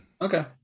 Okay